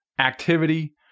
activity